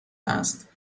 است